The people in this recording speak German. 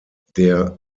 der